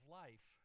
life